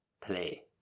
play